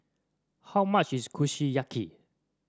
how much is Kushiyaki